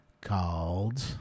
called